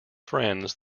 friends